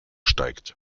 steigt